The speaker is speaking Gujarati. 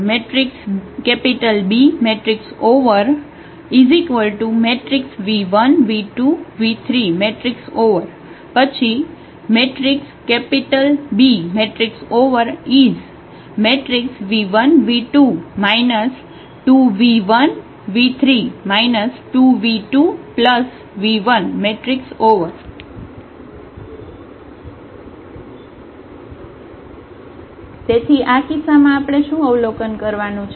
Bv1 v2 v3 Bv1 v2 2v1 v3 2v2v1 તેથી આ કિસ્સામાં આપણે શું અવલોકન કરવાનું છે